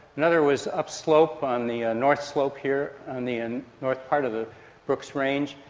another was up slope on the north slope here, on the and north part of the brooks range,